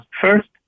first